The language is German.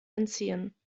entziehen